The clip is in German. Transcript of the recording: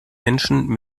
menschen